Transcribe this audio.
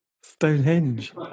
Stonehenge